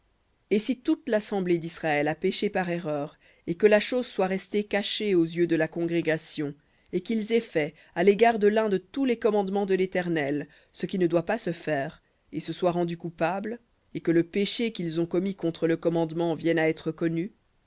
et si toute l'assemblée d'israël a péché par erreur et que la chose soit restée cachée aux yeux de la congrégation et qu'ils aient fait à l'égard de l'un de tous les commandements de l'éternel ce qui ne doit pas se faire et se soient rendus coupables et que le péché qu'ils ont commis contre le vienne à être connu